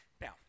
Now